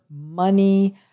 money